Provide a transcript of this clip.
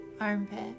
Armpit